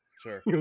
sure